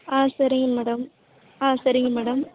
ஆ சரிங்க மேடம் ஆ சரிங்க மேடம்